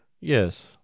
Yes